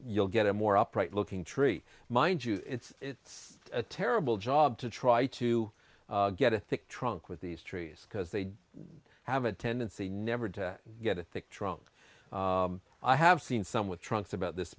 you'll get a more upright looking tree mind you it's it's a terrible job to try to get a thick trunk with these trees because they have a tendency never to get a thick trunk i have seen some with trunks about this